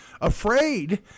afraid